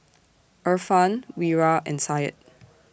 Irfan Wira and Syed